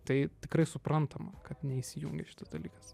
tai tikrai suprantama kad neįsijungia šis dalykas